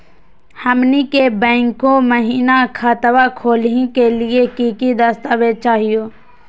हमनी के बैंको महिना खतवा खोलही के लिए कि कि दस्तावेज चाहीयो?